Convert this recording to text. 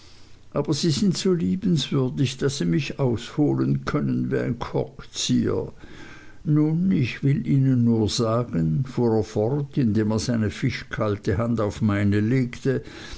aber sie sind so liebenswürdig daß sie mich ausholen können wie ein korkzieher nun ich will ihnen nur sagen fuhr er fort indem er seine fischkalte hand auf meine legte